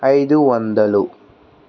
ఐదువందలు